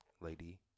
Lady